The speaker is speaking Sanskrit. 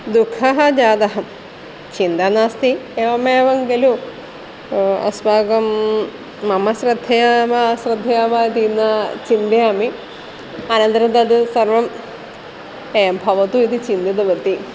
दुःखः जातः चिन्ता नास्ति एवमेवं खलु अस्माकं मम श्रद्धया अश्रद्धया वा इति न चिन्तयामि अनन्तरं तद् सर्वम् एव भवतु इति चिन्तितवती